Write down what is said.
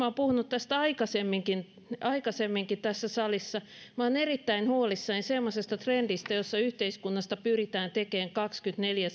olen puhunut tästä aikaisemminkin aikaisemminkin tässä salissa ja minä olen erittäin huolissani semmoisesta trendistä jossa yhteiskunnasta pyritään tekemään kaksikymmentäneljä